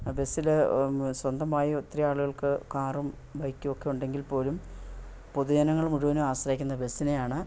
ബസ്സിൽ സ്വന്തമായി ഒത്തിരി ആളുകൾക്ക് കാറും ബൈക്കുമൊക്കെ ഉണ്ടെങ്കിൽ പോലും പൊതുജനങ്ങൾ മുഴുവനും ആശ്രയിക്കുന്നത് ബസിനെയാണ്